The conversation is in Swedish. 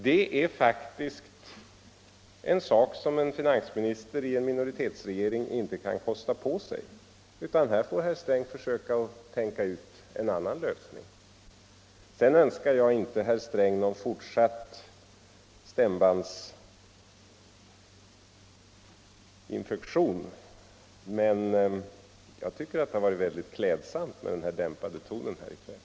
Det är faktiskt en sak som finansministern i en minoritetsregering inte kan kosta på sig, utan här får herr Sträng försöka tänka ut en annan lösning. Sedan önskar jag inte herr Sträng någon fortsatt stämbandsinfektion, men jag tycker att det har varit mycket klädsamt med den dämpade tonen här i kväll.